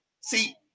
see